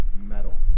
metal